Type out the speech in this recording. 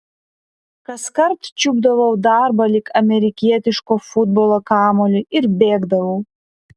kaskart čiupdavau darbą lyg amerikietiško futbolo kamuolį ir bėgdavau